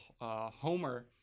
Homer